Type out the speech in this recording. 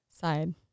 side